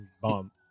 Bomb